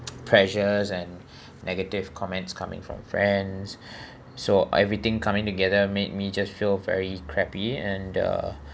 pressures and negative comments coming from friends so everything coming together made me just feel very crappy and uh